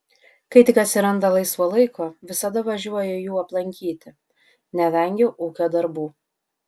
kai tik atsiranda laisvo laiko visada važiuoju jų aplankyti nevengiu ūkio darbų